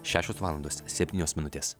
šešios valandos septynios minutės